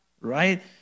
Right